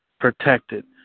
protected